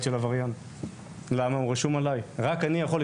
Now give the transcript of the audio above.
אני לא רוצה להגיד לך באיזה קשיים אני נתקל.